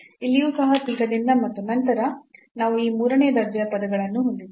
ಇಲ್ಲಿಯೂ ಸಹ theta ದಿಂದ ಮತ್ತು ನಂತರ ನಾವು ಈ ಮೂರನೇ ದರ್ಜೆಯ ಪದಗಳನ್ನು ಹೊಂದಿದ್ದೇವೆ